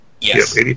Yes